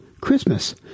Christmas